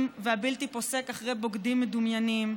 והבלתי-פוסק אחרי בוגדים מדומיינים,